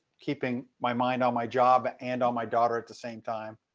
keeping my mind on my job and on my daughter at the same time.